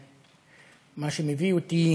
מה שמביא אותי